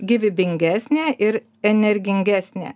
gyvybingesnė ir energingesnė